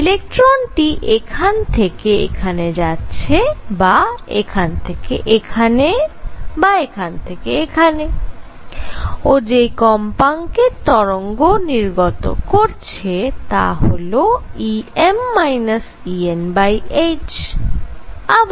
ইলেকট্রনটি এখান থেকে এখানে যাচ্ছে বা এখান থেকে এখানে বা এখান থেকে এখানে ও যেই কম্পাঙ্কের তরঙ্গ নির্গত করছে তা হল Em Enh